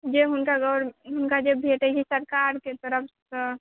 जे हुनका गोर हुनका जे भेटै छै सरकार के तरफसँ